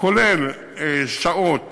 כולל שעות